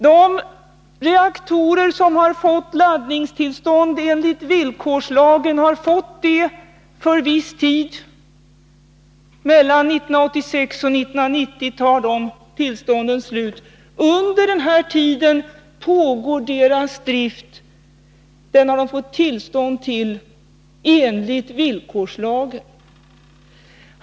De reaktorer som har fått laddningstillstånd enligt villkorslagen har fått det för viss tid. Mellan 1986 och 1990 slutar de tillstånden att gälla. Under den här tiden pågår driften av dessa reaktorer som de har fått tillstånd till enligt villkorslagen.